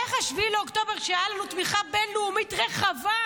איך ב-7 באוקטובר הייתה לנו תמיכה בין-לאומית רחבה,